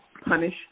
punish